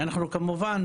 כמובן,